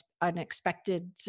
unexpected